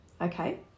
okay